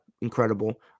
incredible